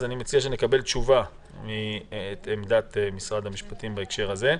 אני מציע שנקבל את עמדת משרד המשפטים בהקשר הזה.